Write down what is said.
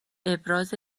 ابراز